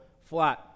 flat